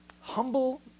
humble